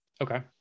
Okay